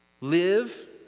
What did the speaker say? live